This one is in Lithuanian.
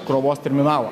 krovos terminalą